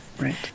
Right